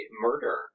murder